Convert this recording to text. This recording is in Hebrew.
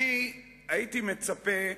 אני הייתי מצפה,